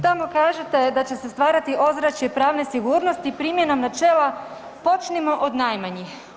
Tamo kažete da će se stvarati ozračje pravne sigurnosti primjenom načela, počnimo od najmanjih.